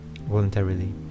voluntarily